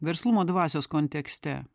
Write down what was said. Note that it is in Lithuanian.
verslumo dvasios kontekste